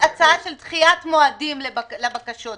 הצענו גם הצעה אחרת בגלל הפלונטר שיש כאן,